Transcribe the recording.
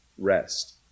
rest